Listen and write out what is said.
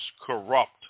corrupt